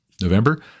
November